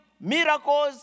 miracles